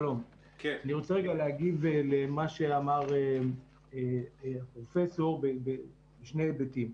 אני רוצה להגיב למה שאמר פרופ' אדרעי בשני היבטים: